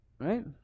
right